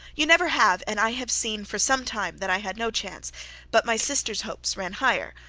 you never have, and i have seen for some time that i had no chance but my sister's hopes ran higher.